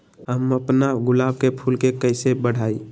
हम अपना गुलाब के फूल के कईसे बढ़ाई?